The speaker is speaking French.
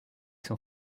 son